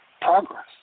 progress